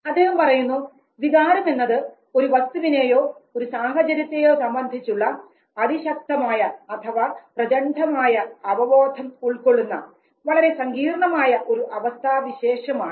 അദ്ദേഹം പറയുന്നു വികാരമെന്നത് ഒരു വസ്തുവിനെയോ ഒരു സാഹചര്യത്തെയോ സംബന്ധിച്ചുള്ള അതിശക്തമായ അഥവാ പ്രചണ്ഡമായ അവബോധം ഉൾക്കൊള്ളുന്ന വളരെ സങ്കീർണമായ ഒരു അവസ്ഥാവിശേഷമാണ്